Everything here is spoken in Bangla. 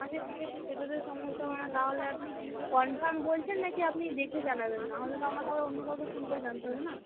আচ্ছা ঠিক আছে সেটাতে সমস্যা হবে না তাহলে আপনি কনফার্ম বলছেন না কি আপনি দেখে জানাবেন না হলে তো আমাকে আবার অন্য কাউকে ফোন করে জানতে হবে না